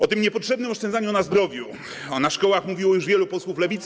O tym niepotrzebnym oszczędzaniu na zdrowiu i na szkołach mówiło już wielu posłów Lewicy.